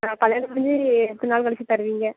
ஆ கல்யாணம் முடிஞ்சு எத்தின நாள் கழிச்சி தருவீங்க